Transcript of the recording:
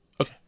Okay